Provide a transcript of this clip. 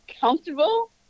comfortable